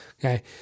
Okay